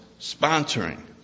sponsoring